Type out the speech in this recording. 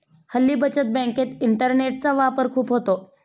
हल्ली बचत बँकेत इंटरनेटचा वापर खूप होतो